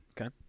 Okay